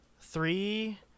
three